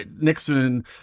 Nixon